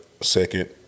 second